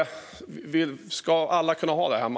Ska alla kunna ha vapen hemma?